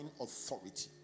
authority